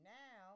now